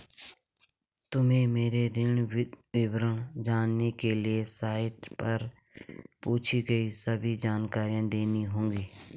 तुम्हें मेरे ऋण विवरण जानने के लिए साइट पर पूछी गई सभी जानकारी देनी होगी